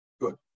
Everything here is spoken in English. Good